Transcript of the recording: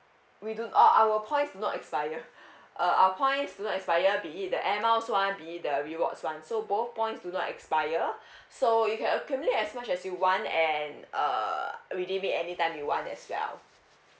we do oh our points do not expire uh our points do not expire be it the air miles [one] be it the rewards [one] so both points do not expire so you can accumulate as much as you want and err redeem it anytime you want as well